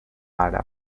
àrab